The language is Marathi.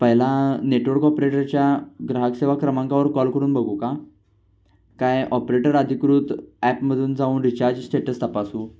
पहिला नेटवर्क ऑपरेटरच्या ग्राहक सेवा क्रमांकावर कॉल करून बघू का काय ऑपरेटर अधिकृत ॲपमधून जाऊन रिचार्ज स्टेटस तपासू